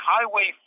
Highway